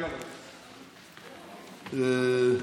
כן, אדוני.